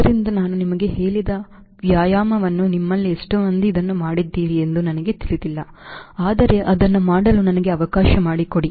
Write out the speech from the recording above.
ಆದ್ದರಿಂದ ನಾನು ನಿಮಗೆ ಹೇಳಿದ ವ್ಯಾಯಾಮವು ನಿಮ್ಮಲ್ಲಿ ಎಷ್ಟು ಮಂದಿ ಇದನ್ನು ಮಾಡಿದ್ದೀರಿ ಎಂದು ನನಗೆ ತಿಳಿದಿಲ್ಲ ಆದರೆ ಅದನ್ನು ಮಾಡಲು ನನಗೆ ಅವಕಾಶ ಮಾಡಿಕೊಡಿ